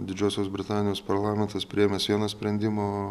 didžiosios britanijos parlamentas priėmęs vieną sprendimą